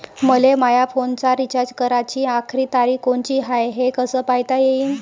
मले माया फोनचा रिचार्ज कराची आखरी तारीख कोनची हाय, हे कस पायता येईन?